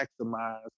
maximize